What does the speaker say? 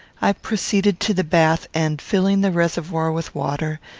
i proceeded to the bath, and, filling the reservoir with water,